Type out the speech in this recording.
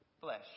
flesh